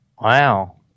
Wow